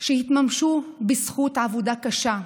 שהתממשו בזכות עבודה קשה,